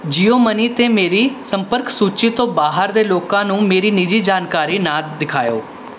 JIO Money 'ਤੇ ਮੇਰੀ ਸੰਪਰਕ ਸੂਚੀ ਤੋਂ ਬਾਹਰ ਦੇ ਲੋਕਾਂ ਨੂੰ ਮੇਰੀ ਨਿੱਜੀ ਜਾਣਕਾਰੀ ਨਾ ਦਿਖਾਓ